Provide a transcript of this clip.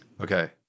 Okay